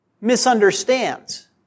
misunderstands